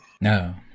No